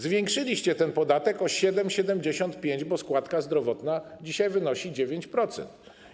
Zwiększyliście ten podatek o 7,75%, bo składka zdrowotna dzisiaj wynosi 9%.